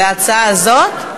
להצעה הזאת?